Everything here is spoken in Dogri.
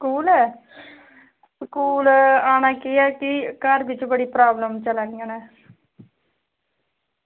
स्कूल स्कूल आना की निं ऐ की घर बिच बड़ी प्रॉब्लमां चला दियां न